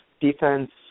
Defense